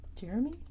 Jeremy